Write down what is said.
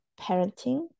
parenting